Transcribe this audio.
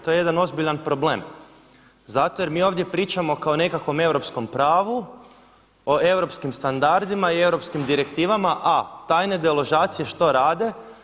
To je jedan ozbiljan problem, zato jer mi ovdje pričamo kao o nekakvom europskom pravu, o europskim standardima i o europskim direktivama, a tajne deložacije što rade?